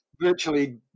virtually